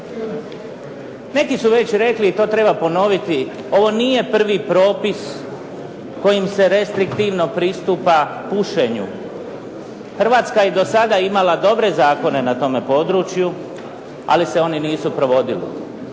Neki su već rekli i to treba ponoviti, ovo nije prvi propis kojim se restriktivno pristupa pušenju. Hrvatska je do sada imala dobre zakone na tome području, ali se oni nisu provodili.